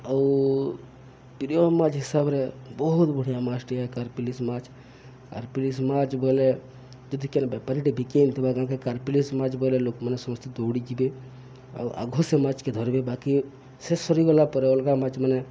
ଆଉ ପ୍ରିୟ ମାଛ୍ ହିସାବ୍ରେ ବହୁତ୍ ବଢ଼ିଆ ମାଛ୍ ଟିକେ କାର୍ପିଲିସ୍ ମାଛ୍ କାର୍ପିଲିସ୍ ମାଛ୍ ବଏଲେ ଯଦି କେନ୍ ବେପାରୀଟେ ବିକି ଆନିଥିବା ଗାଁ କେ କାର୍ପିଲିସ୍ ମାଛ୍ ବଏଲେ ଲୋକ୍ମାନେ ସମସ୍ତେ ଦୌଡ଼ିଯିବେ ଆଉ ଆଘ ସେ ମାଛ୍କେ ଧର୍ବେ ବାକି ସେ ସରିଗଲା ପରେ ଅଲ୍ଗା ମାଛ୍ମାନେ